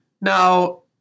Now